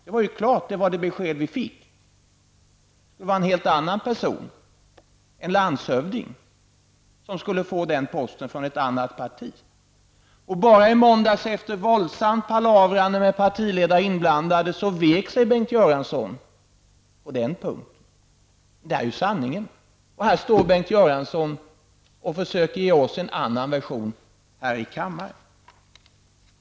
Det var klart, och det var det besked som vi fick. Det skulle vara en helt annan person än Jan-Erik Wikström, en landshövding från ett annat parti, som skulle få den posten. Först i måndags efter en våldsam palaver med partiledare inblandade vek sig Bengt Göransson på den punkten. Detta är sanningen. Och här står Bengt Göransson och försöker att ge oss en annan version här i kammaren.